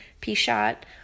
P-SHOT